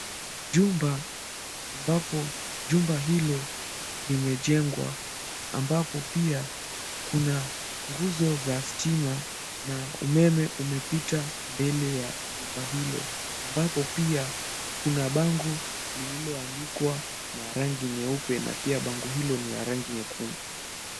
Jumba ambapo jumba hilo limejengwa ambapo pia kuna nguzo za stima na umeme umepita mbele ya jumba hilo ambapo pia kuna bango liloandikwa na rangi nyeupe na pia bango hilo ni la rangi nyekundu.